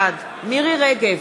בעד מירי רגב,